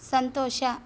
ಸಂತೋಷ